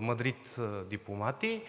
Мадрид дипломати,